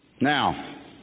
Now